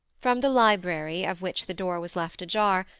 from the library, of which the door was left ajar,